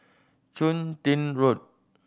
Chun Tin Road